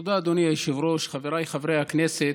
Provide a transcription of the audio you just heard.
תודה, אדוני היושב-ראש, חבריי חברי הכנסת,